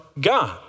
God